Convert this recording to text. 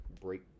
break